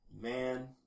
Man